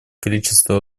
количество